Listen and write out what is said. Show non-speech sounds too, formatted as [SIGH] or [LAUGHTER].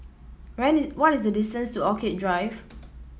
[UNINTELLIGIBLE] what is the distance to Orchid Drive